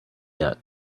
yet